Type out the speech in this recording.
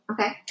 Okay